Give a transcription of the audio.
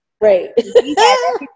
right